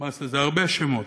זה הרבה שמות.